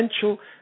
potential